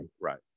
Right